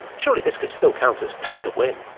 surely this could still count as pay to win?